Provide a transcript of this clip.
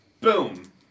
boom